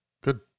Good